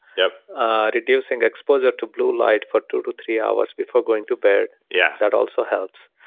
yeah ah reducing exposure to blue light for two to three hours before going to bed, yeah that also helps,